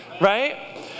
Right